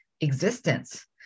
existence